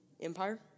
empire